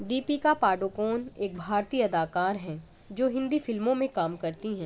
دیپیکا پادوکون ایک بھارتی اداکار ہیں جو ہندی فلموں میں کام کرتی ہیں